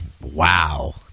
wow